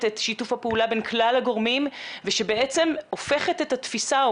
את שיתוף הפעולה בין כלל הגורמים ושבעצם הופכת את התפיסה או